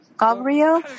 Gabriel